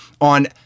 on